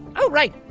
oh right.